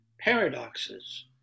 paradoxes